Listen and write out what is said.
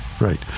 Right